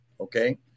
okay